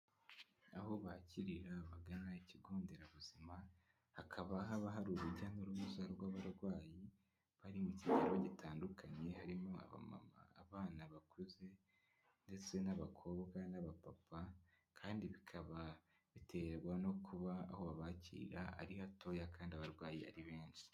Aho bakirira abagana ikigo nderabuzima hakaba haba hari urujya n'uruza rw'abarwayi bari mu kigero gitandukanye harimo abama, abana bakuze ndetse n'abakobwa n'abapapa kandi bikaba biterwa no kuba aho babakirira ari hatoya kandi abarwayi ari benshi.